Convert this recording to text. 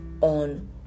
on